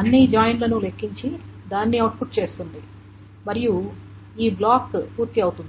అన్ని జాయిన్లను లెక్కించి దాన్ని అవుట్పుట్ చేస్తుంది మరియు ఈ బ్లాక్ పూర్తి అవుతుంది